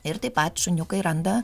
ir taip pat šuniukai randa